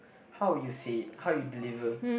how you say it how you deliver